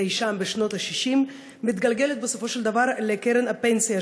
אי-שם בשנות ה-60 מתגלגלת בסופו של דבר לקרן הפנסיה